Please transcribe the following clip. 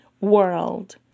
world